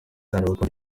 abapadiri